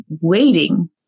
waiting